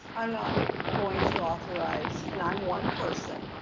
i'm not going to authorize, and i'm one person,